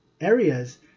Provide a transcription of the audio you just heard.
areas